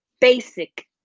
basic